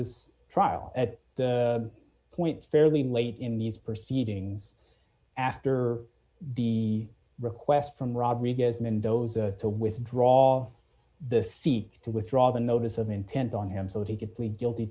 's trial at the point fairly late in these proceedings after the request from rodriguez mendoza to withdraw the seek to withdraw the notice of intent on him so he could plead guilty